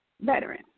veteran